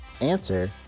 answer